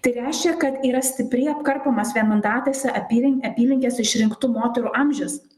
tai reiškia kad yra stipriai apkarpomas vienmandatėse apylin apylinkės išrinktų moterų amžius